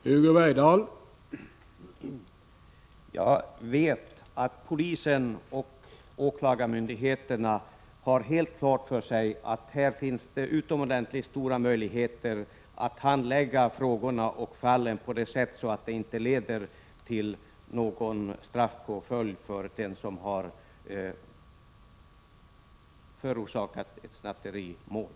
Herr talman! Jag vet att polisen och åklagarmyndigheten har helt klart för sig att det finns utomordentligt stora möjligheter att handlägga dessa fall på ett sådant sätt att det inte leder till någon straffpåföljd för den som har begått en förseelse som förorsakar snatterimål.